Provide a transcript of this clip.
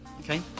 Okay